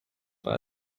war